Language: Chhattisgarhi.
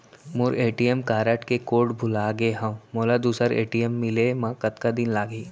मोर ए.टी.एम कारड के कोड भुला गे हव, मोला दूसर ए.टी.एम मिले म कतका दिन लागही?